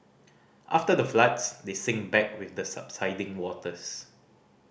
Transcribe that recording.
after the floods they sink back with the subsiding waters